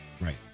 Right